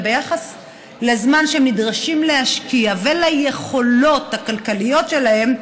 וביחס לזמן שהם נדרשים להשקיע וליכולות הכלכליות שלהם,